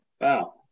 Wow